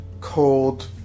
cold